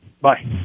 Bye